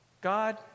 God